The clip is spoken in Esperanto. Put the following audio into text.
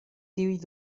tiuj